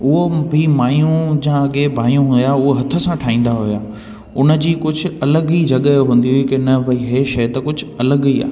उहो बि मायूं जा अॻे भाई हुया उहो हथ सां ठाहींदा हुआ उन जी कुझु अलॻि ई जॻहि हूंदी आहे की न भई हे शइ त कुझु अलॻि ई आहे